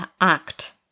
act